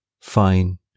Fine